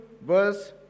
verse